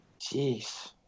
jeez